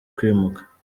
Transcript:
kwimuka